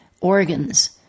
organs